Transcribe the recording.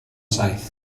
saith